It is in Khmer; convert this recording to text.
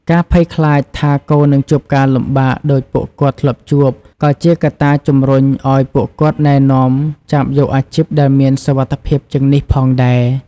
ការភ័យខ្លាចថា កូននឹងជួបការលំបាកដូចពួកគាត់ធ្លាប់ជួប ក៏ជាកត្តាជំរុញឱ្យពួកគាត់ណែនាំចាប់យកអាជីពដែលមានសុវត្ថិភាពជាងនេះផងដែរ។